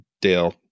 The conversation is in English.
Dale